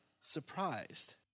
surprised